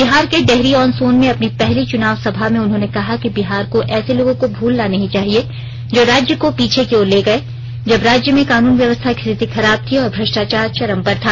बिहार के डेहरी आन सोन में अपनी पहली चुनाव सभा में उन्होंने कहा कि बिहार को ऐसे लोगों को भूलना नहीं चाहिए जो राज्य को पीछे की ओर ले गए जब राज्य में कानून व्यवस्था की स्थिति खराब थी और भ्रष्टाचार चरम पर था